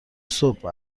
صبح